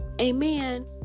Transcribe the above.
Amen